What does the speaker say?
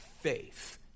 faith